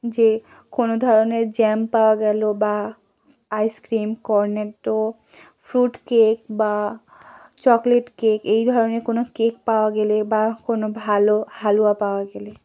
যে কোনো ধরনের জ্যাম পাওয়া গেলো বা আইসক্রিম কর্নেটো ফ্রুট কেক বা চকলেট কেক এই ধরনের কোনো কেক পাওয়া গেলে বা কোনো ভালো হালুয়া পাওয়া গেলে